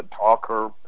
talker